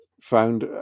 found